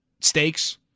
stakes